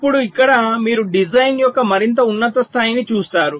ఇప్పుడు ఇక్కడ మీరు డిజైన్ యొక్క మరింత ఉన్నత స్థాయిని చూస్తారు